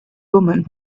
woman